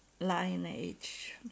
lineage